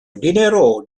dinero